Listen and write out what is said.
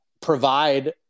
provide